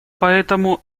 поэтому